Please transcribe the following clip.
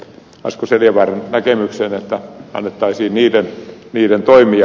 asko seljavaaran näkemykseen että annettaisiin niiden toimia